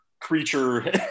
creature